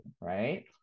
right